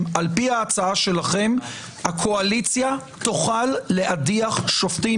על פי ההצעה שלכם הקואליציה תוכל להדיח שופטים